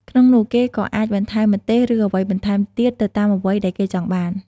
ក្នុងនោះគេក៏អាចបន្ថែម ម្ទេស ឬ អ្វីបន្ថែមទៀតទៅតាមអ្វីដែលគេចង់បាន។